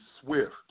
swift